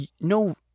no